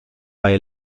bei